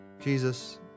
Jesus